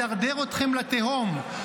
מדרדר אתכם לתהום,